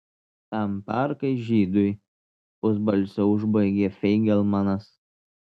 tam parkai žydui pusbalsiu užbaigė feigelmanas